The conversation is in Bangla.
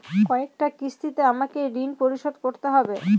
কয়টা কিস্তিতে আমাকে ঋণ পরিশোধ করতে হবে?